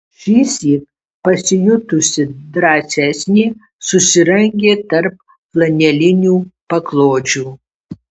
šįsyk pasijutusi drąsesnė susirangė tarp flanelinių paklodžių